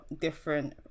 different